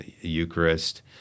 Eucharist